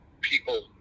people